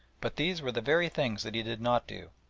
but these were the very things that he did not do.